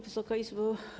Wysoka Izbo!